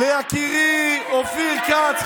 ליקירי אופיר כץ,